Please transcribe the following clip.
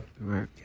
right